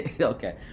Okay